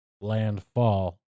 landfall